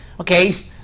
okay